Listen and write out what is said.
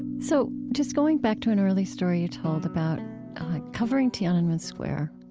so just going back to an early story you told about covering tiananmen square,